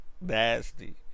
nasty